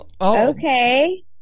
Okay